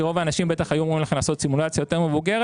כי רוב האנשים בטח היו אומרים לכם לעשות סימולציה יותר מבוגרת.